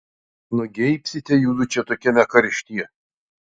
nugeibsite judu čia tokiame karštyje